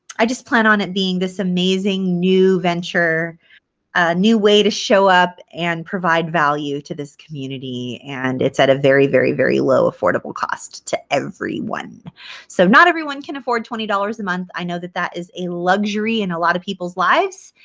i just plan on it being this amazing new venture a new way to show up and provide value to this community and it's at a very, very, very low affordable cost to everyone. so not everyone can afford twenty dollars a month. i know that that is a luxury in a lot of people's lives.